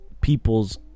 people's